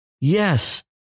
Yes